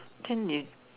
can you